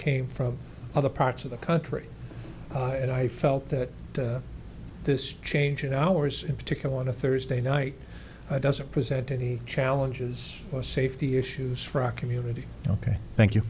came from other parts of the country and i felt that this change in ours in particular on a thursday night doesn't present any challenges or safety issues for our community ok thank you